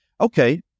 okay